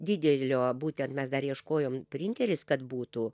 didelio būtent mes dar ieškojom printeris kad būtų